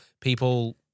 people